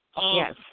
Yes